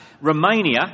Romania